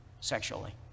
sexually